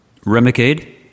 Remicade